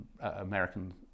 American